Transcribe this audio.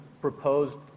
proposed